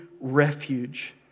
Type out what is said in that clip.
refuge